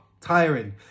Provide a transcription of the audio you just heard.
tiring